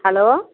hello